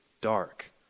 dark